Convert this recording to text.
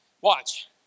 Watch